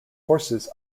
forces